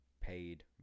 paid